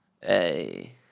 Hey